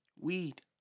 Weed